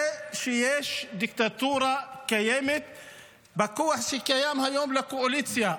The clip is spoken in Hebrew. שקיימת דיקטטורה בכוח שקיים כיום לקואליציה,